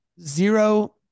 zero